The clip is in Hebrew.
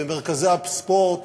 במרכזי הספורט,